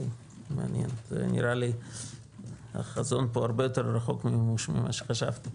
נראה לי שהחזון פה הרבה יותר רחוק ממה שחשבתי.